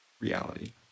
reality